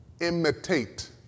imitate